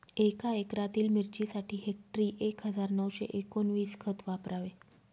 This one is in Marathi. एका एकरातील मिरचीसाठी हेक्टरी एक हजार नऊशे एकोणवीस खत वापरावे